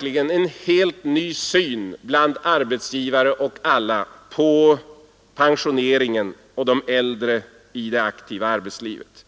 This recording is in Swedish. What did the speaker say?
vi en helt ny syn bland arbetsgivare och andra på pensioneringen och på de äldre i det aktiva arbetslivet.